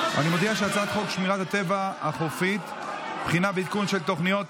אני מודיע שהצעת חוק שמירת הטבע החופית (בחינה ועדכון של תוכניות),